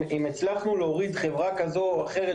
נגיד שנצליח להוריד חברה כזו או אחרת